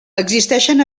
existeixen